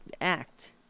act